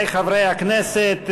חברי חברי הכנסת,